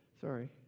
Sorry